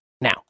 Now